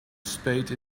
spade